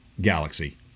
galaxy